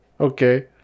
Okay